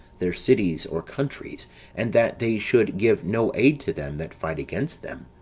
their cities, or countries and that they should give no aid to them that fight against them.